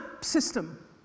system